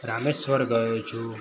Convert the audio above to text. રામેશ્વર ગયો છું